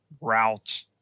route